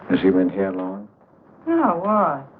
she went you know ah